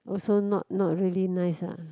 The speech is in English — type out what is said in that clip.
also not not really nice ah